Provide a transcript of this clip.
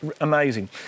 amazing